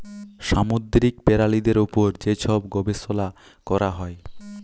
সামুদ্দিরিক পেরালিদের উপর যে ছব গবেষলা ক্যরা হ্যয়